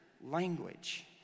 language